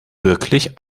wirklich